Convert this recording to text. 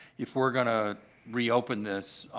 if we're going to reopen this,